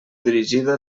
dirigida